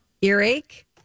Earache